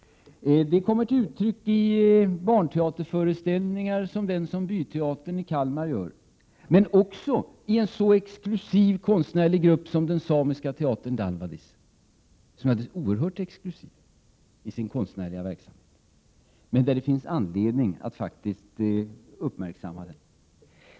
Detta kommer till uttryck i barnteaterföreställningar som de som Byteatern i Kalmar ger, men också i en så exklusiv konstnärlig grupp som den samiska teatern Dalvadis. Den senare är oerhört exklusiv i sin konstnärliga verksamhet, men det finns anledning att uppmärksamma den.